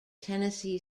tennessee